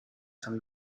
san